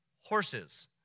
horses